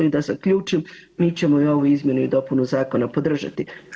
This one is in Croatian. I da zaključim, mi ćemo i ovu izmjenu i dopunu zakona podržati.